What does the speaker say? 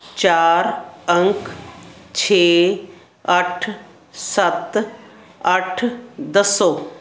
ਚਾਰ ਅੰਕ ਛੇ ਅੱਠ ਸੱਤ ਅੱਠ ਦੱਸੋ